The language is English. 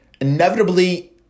inevitably